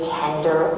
tender